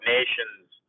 Nations